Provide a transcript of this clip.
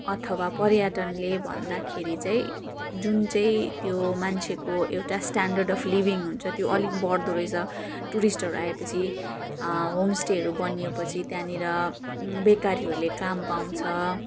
अथवा पर्यटनले भन्दाखेरि चाहिँ जुन चाहिँ त्यो मान्छेको एउटा स्ट्यान्डर्ड अब् लिभिङ हुन्छ त्यो अलिक बढ्दो रहेछ टुरिस्टहरू आए पछि होमस्टेहरू बनिए पछि त्यहाँनेर बेकारीहरूले काम पाउँछ